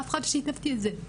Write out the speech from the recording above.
לאף אחד לא שיתפתי את זה.